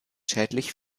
schädlich